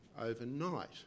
overnight